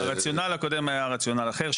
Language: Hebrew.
הרציונל הקודם היה רציונל אחר,